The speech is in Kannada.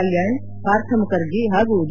ಕಲ್ಯಾಣ್ ಪಾರ್ಥ ಮುಖರ್ಜಿ ಹಾಗೂ ಡಿ